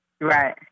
Right